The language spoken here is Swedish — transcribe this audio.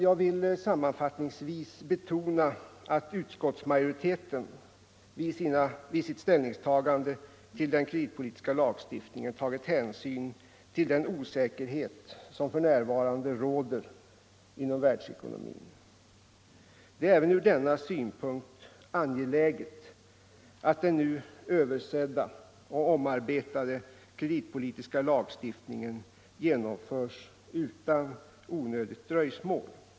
Jag vill sammanfattningsvis betona att utskottsmajoriteten vid sitt ställningstagande till den kreditpolitiska lagstiftningen tagit hänsyn till den osäkerhet som för närvarande råder inom världsekonomin. Det är även från denna synpunkt angeläget att den nu översedda och omarbetade kreditpolitiska lagstiftningen genomförs utan onödigt dröjsmål.